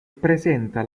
presenta